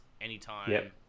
anytime